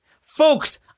Folks